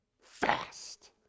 fast